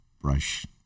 brush